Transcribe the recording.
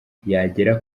yagera